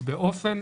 באופן